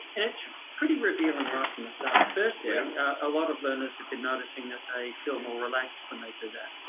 and it's pretty revealing right from the start. firstly, and a lot of learners have been noticing that they feel more relaxed when they do that.